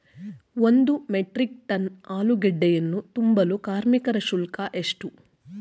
ಒಂದು metric ton ಆಲೂಗೆಡ್ಡೆಯನ್ನು ತುಂಬಲು ಕಾರ್ಮಿಕರ ಶುಲ್ಕ ಎಷ್ಟು?